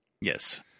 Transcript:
Yes